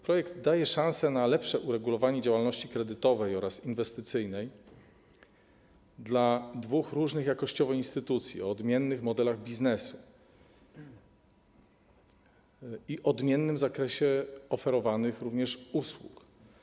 Projekt daje szanse na lepsze uregulowanie działalności kredytowej oraz inwestycyjnej dla dwóch różnych jakościowo instytucji, o odmiennych modelach biznesu i odmiennym zakresie oferowanych usług.